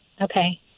Okay